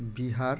Bihar